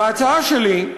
וההצעה שלי,